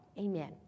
Amen